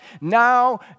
now